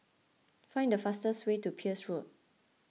find the fastest way to Peirce Road